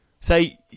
Say